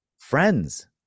friends